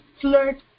flirt